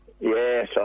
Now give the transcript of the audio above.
Yes